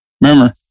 Remember